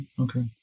okay